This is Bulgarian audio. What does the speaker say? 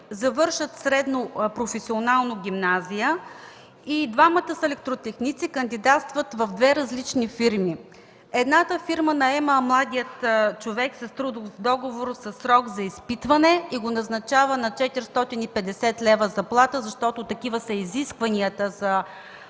завършат средно в професионална гимназия, и двамата са електротехници, кандидатстват в две различни фирми – едната фирма наема младия човек с трудов договор със срок за изпитване и го назначава на 450 лв. заплата, защото такива са изискванията за минималния